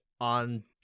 on